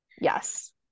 yes